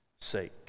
sake